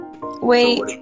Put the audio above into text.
Wait